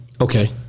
Okay